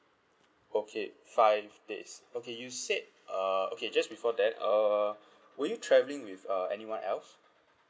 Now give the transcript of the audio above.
okay five days okay you said uh okay just before that uh were you travelling with uh anyone else